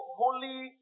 holy